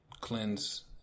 cleanse